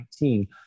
2019